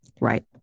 Right